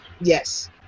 Yes